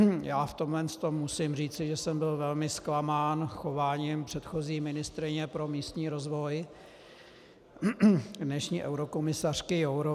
Já v tomhle musím říci, že jsem byl velmi zklamán chováním předchozí ministryně pro místní rozvoj, dnešní eurokomisařky Jourové.